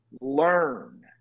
learn